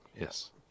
Yes